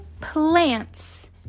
plants